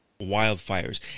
wildfires